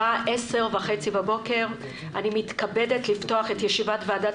שעה 10:30. אני מתכבדת לפתוח את ישיבת ועדת